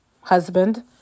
husband